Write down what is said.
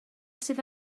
sydd